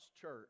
church